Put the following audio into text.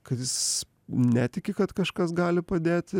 kad jis netiki kad kažkas gali padėti